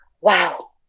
wow